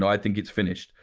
i think it's finished.